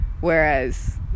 whereas